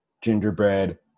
gingerbread